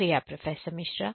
शुक्रिया प्रोफेसर मिश्रा